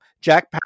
Jack